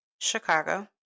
Chicago